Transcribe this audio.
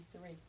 three